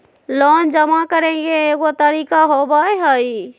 Loan जमा करेंगे एगो तारीक होबहई?